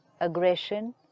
aggression